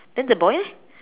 then the boy eh